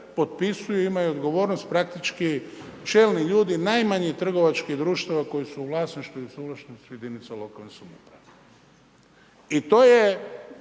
potpisuju i imaju odgovornost praktički čelni ljudi najmanjih trgovačkih društava koji su u vlasništvu i suvlasništvu jedinica lokalne samouprave. I to je